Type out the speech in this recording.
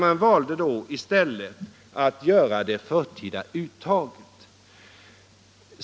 De valde då i stället att göra det förtida uttaget.